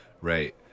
right